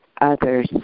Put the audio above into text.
others